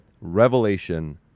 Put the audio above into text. Revelation